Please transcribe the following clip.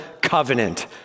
covenant